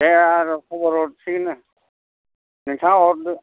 दे आं खबर हरसिगोन नोंथाङा हरदो